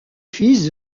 fils